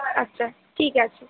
আচ্ছা ঠিক আছে